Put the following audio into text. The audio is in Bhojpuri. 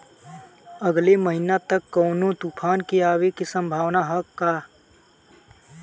अगले महीना तक कौनो तूफान के आवे के संभावाना है क्या?